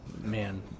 Man